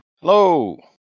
Hello